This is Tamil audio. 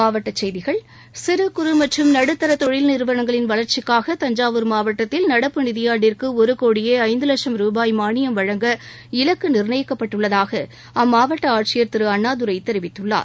மாவட்டச் செய்திகள் சிறு குறு மற்றும் நடுத்தரதொழில் நிறுவனங்களின் வளா்ச்சிக்காக தஞ்சாவூர் மாவட்டத்தில் நடப்பு நிதியாண்டிற்குஒருகோடியேஐந்துலட்சம் மானியம் ருபாய் வழங்க இலக்குநிர்ணயிக்கப்பட்டுள்ளதாகஅம்மாவட்டஆட்சியர் திருஅண்ணாதுரைதெரிவித்துள்ளார்